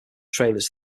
trailers